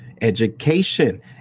Education